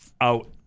out